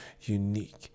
unique